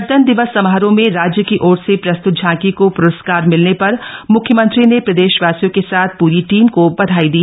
गणतंत्र दिवस समारोह में राज्य की ओर से प्रस्त्त झांकी को प्रस्कार मिलने पर म्ख्यमंत्री ने प्रदेशवासियों के साथ पूरी टीम को बधाई दी